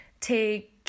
take